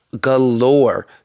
galore